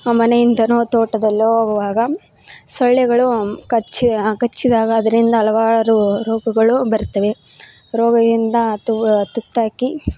ಮನೆಯಿಂದನೋ ತೋಟದಲ್ಲೋ ಹೋಗುವಾಗ ಸೊಳ್ಳೆಗಳು ಕಚ್ಚಿ ಕಚ್ಚಿದಾಗ ಅದರಿಂದ ಹಲವಾರು ರೋಗಗಳು ಬರುತ್ತವೆ ರೋಗದಿಂದ ತುತ್ತಾಗಿ